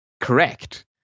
correct